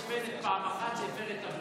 זה לא גלגל, זה גלגל פעם אחת, שהפר את הברית.